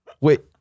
Wait